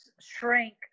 shrink